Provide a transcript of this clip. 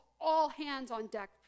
all-hands-on-deck